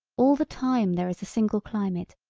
all the time there is a single climate,